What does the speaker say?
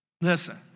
Listen